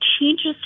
changes